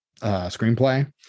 screenplay